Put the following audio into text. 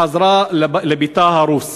חזרה לביתה ההרוס.